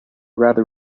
rather